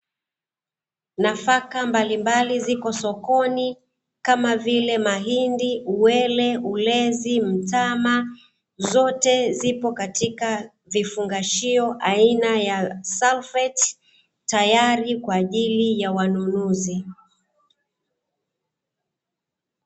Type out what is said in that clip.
Nafaka mbalimbali zipo sokoni kama vile mahindi, uwele, ulezi, mtama zote zipo katika vifungashio aina ya salfeti tayari kwa ajili ya wanunuzi.